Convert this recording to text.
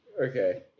okay